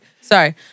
Sorry